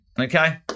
okay